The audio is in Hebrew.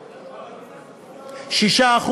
6%,